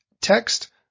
text